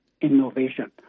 innovation